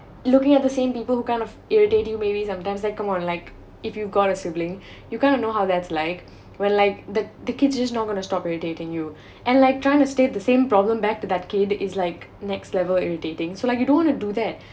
looking at the same people who kind of irritating maybe sometimes like come on like if you've got a sibling you kind of know how that's like when like the the kids just not going to stop irritating you and like trying to state the same problem back to that kid is like next level irritating so like you don't want to do that